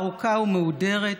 ארוכה ומהודרת,